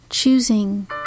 choosing